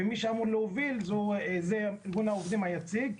ומי שאמור להוביל זה ארגון העובדים היציג,